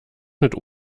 mit